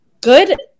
Good